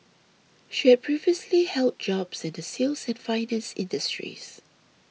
she had previously held jobs in the sales and finance industries